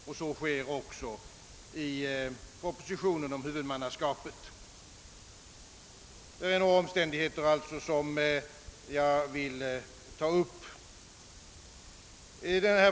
Så kallas den också i propositionen om huvudmannaskapet.